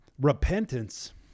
repentance